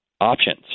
options